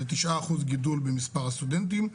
זה 9% גידול במספר הסטודנטים.